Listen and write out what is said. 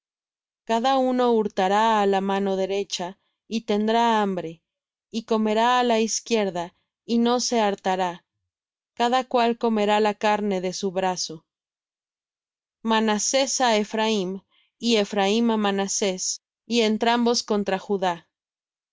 cada uno hurtará á la mano derecha y tendrá hambre y comerá á la izquierda y no se hartará cada cual comerá la carne de su brazo manasés á ephraim y ephraim á manasés y entrambos contra judá